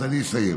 אז אני אסיים.